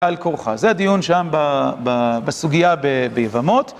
בעל כורחה. זה הדיון שם בסוגיה ביבמות.